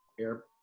air